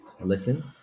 listen